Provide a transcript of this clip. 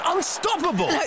Unstoppable